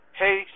hey